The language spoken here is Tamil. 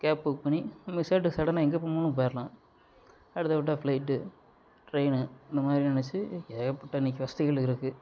கேப் புக் பண்ணி நம்ம சேட்டு சடனாக எங்க போணும்னாலும் போயிரலாம் அடுத்தது விட்டா ஃப்ளைட்டு ட்ரெயின்னு இந்தமாதிரியான வசதி ஏகப்பட்ட இன்னைக்கு வசதிகள் இருக்கு